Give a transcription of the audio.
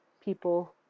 people